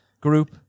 group